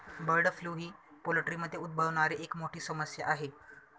bird flu ही पोल्ट्रीमध्ये उद्भवणारी एक मोठी समस्या आहे